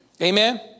Amen